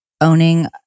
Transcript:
owning